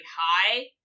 high